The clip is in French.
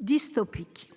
dystopique